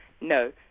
No